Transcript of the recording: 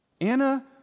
Anna